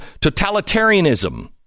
totalitarianism